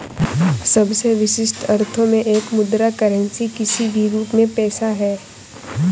सबसे विशिष्ट अर्थों में एक मुद्रा करेंसी किसी भी रूप में पैसा है